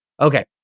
Okay